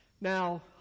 Now